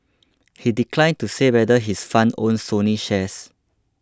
he declined to say whether his fund owns Sony shares